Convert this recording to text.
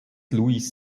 louis